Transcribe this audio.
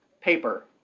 paper